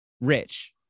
Rich